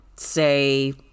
Say